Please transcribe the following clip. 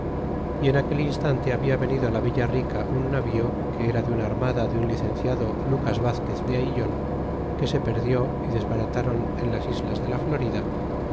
y en aquel instante habla venido á la villa rica un navío que era de una armada de un licenciado lucas vazquez de ayllon que se perdió y desbarataron en las islas de la florida